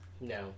no